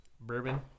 bourbon